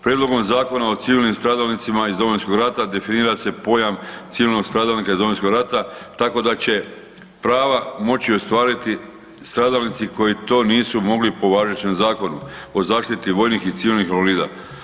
Prijedlogom Zakona o civilnim stradalnicima iz Domovinskog rata definira se pojam civilnog stradalnika iz Domovinskog rata tako da će prava moći ostvariti stradalnici koji to nisu mogli po važećem Zakonu o zaštiti vojnih i civilnih invalida.